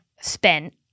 spent